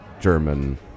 German